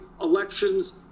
elections